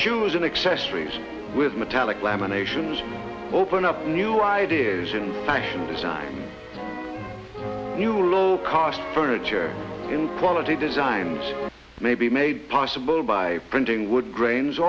shoes and accessories with metallic laminations open up new ideas in fashion design new low cost furniture in quality designs may be made possible by printing wood grains